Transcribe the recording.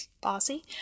Bossy